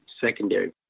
secondary